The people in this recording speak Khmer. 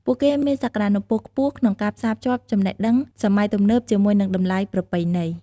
ពួកគេមានសក្ដានុពលខ្ពស់ក្នុងការផ្សារភ្ជាប់ចំណេះដឹងសម័យទំនើបជាមួយនឹងតម្លៃប្រពៃណី។